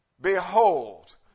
behold